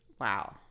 Wow